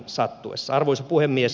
arvoisa puhemies